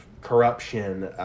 corruption